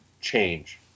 change